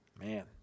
Man